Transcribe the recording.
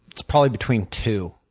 it's probably between two.